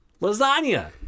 Lasagna